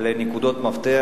לנקודות מפתח.